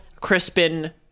Crispin